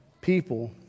people